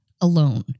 alone